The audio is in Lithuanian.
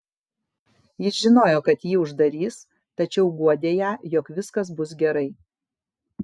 jis žinojo kad jį uždarys tačiau guodė ją jog viskas bus gerai